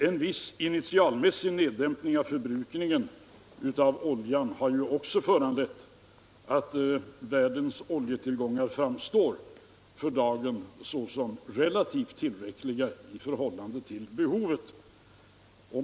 En viss initialmässig neddämpning av oljeförbrukningen har ju också lett till att världens oljetillgångar för dagen framstår såsom relativt tillräckliga i förhållande till behovet.